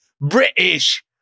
British